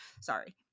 sorry